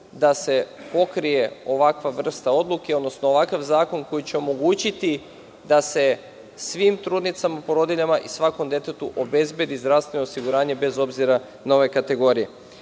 da se pokrije ovakva vrsta odluke, odnosno ovakav zakon koji će omogućiti da se svim trudnicama, porodiljama i svakom detetu obezbedi zdravstveno osiguranje, bez obzira na ove kategorije. Videli